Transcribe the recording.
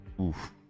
Oof